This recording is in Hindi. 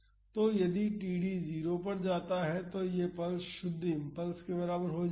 तो यदि td 0 पर जाता है तो यह पल्स शुद्ध इम्पल्स के बराबर हो जाएगी